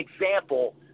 example